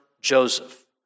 Joseph